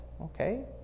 okay